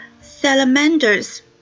salamanders